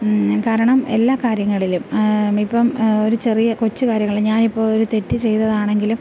കാരണം എല്ലാ കാര്യങ്ങളിലും ഇപ്പം ഒരു ചെറിയ കൊച്ചു കാര്യങ്ങളിലും ഞാൻ ഇപ്പം തെറ്റ് ചെയ്തതാണെങ്കിലും